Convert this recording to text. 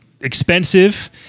Expensive